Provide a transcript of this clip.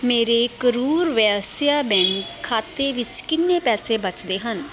ਮੇਰੇ ਕਰੂਰ ਵੈਸਿਆ ਬੈਂਕ ਖਾਤੇ ਵਿੱਚ ਕਿੰਨੇ ਪੈਸੇ ਬਚਦੇ ਹਨ